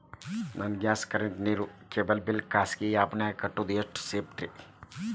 ನನ್ನ gas current, ನೇರು, cable ನ ಬಿಲ್ ಖಾಸಗಿ ಆ್ಯಪ್ ನ್ಯಾಗ್ ಕಟ್ಟೋದು ಎಷ್ಟು ಸೇಫ್ರಿ?